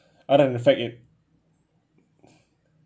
other than the fact it